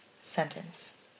sentence